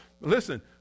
listen